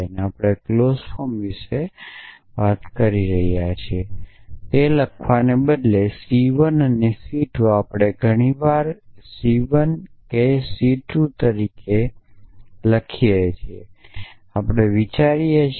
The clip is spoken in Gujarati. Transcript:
તેથી આપણે ક્લોઝ ફોર્મ વિશે પણ વાત કરી રહ્યા છીએ તેને C 1 અને C 2 તરીકે લખવાને બદલે આપણે ઘણી વાર તેને C 1 C 2 C k તરીકે લખીએ છીએ